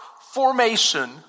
formation